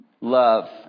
love